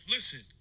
Listen